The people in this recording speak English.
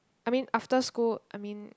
I mean after school I mean